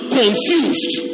confused